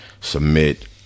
submit